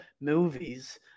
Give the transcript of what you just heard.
movies